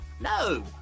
No